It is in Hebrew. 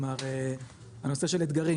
כלומר הנושא של אתגרים,